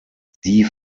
die